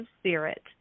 spirit